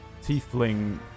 tiefling